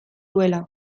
duela